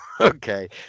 Okay